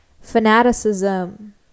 Fanaticism